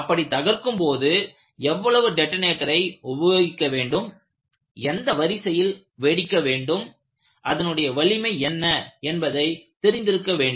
அப்படி தகர்க்கும் போது எவ்வளவு டெட்டனேட்டரை உபயோகிக்கவேண்டும் எந்த வரிசையில் வெடிக்க வேண்டும்அதனுடைய வலிமை என்ன என்பதை தெரிந்திருக்க வேண்டும்